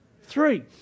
Three